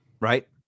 right